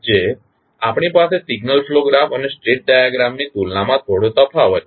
જે આપણી પાસે સિગ્નલ ફ્લો ગ્રાફ અને સ્ટેટ ડાયાગ્રામની તુલનામાં થોડો તફાવત છે